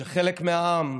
כשחלק מהעם אמר: